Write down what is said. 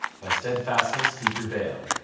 by steadfastness he prevailed,